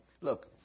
look